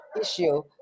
issue